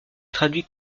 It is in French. traduit